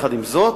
עם זאת,